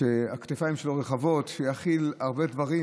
שהכתפיים שלו רחבות, שיכיל הרבה דברים,